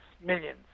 millions